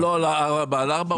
הוא לא ארבע על ארבע,